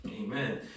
Amen